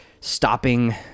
stopping